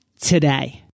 today